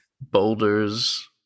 Boulders